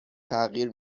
تغییر